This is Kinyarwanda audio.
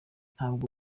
ntabwo